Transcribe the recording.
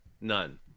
None